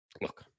Look